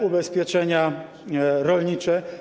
Ubezpieczenia rolnicze.